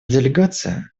делегация